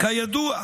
כידוע,